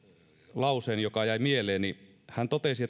lauseen joka jäi mieleeni hän totesi